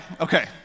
Okay